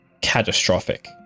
catastrophic